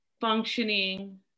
functioning